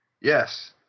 Yes